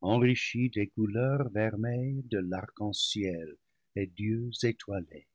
en richie des couleurs vermeilles de l'arc-en-ciel et d'yeux étoiles